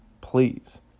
please